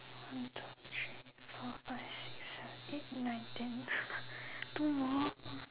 one two three four five six seven eight nine ten two more